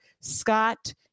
Scott